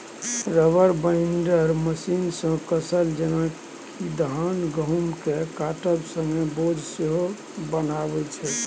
reaper binder मशीनसँ फसल जेना कि धान गहुँमकेँ काटब संगे बोझ सेहो बन्हाबै छै